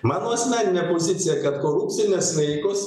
mano asmeninė pozicija kad korupcinės veikos